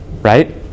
Right